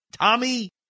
Tommy